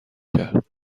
کرد